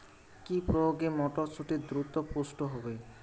কি প্রয়োগে মটরসুটি দ্রুত পুষ্ট হবে?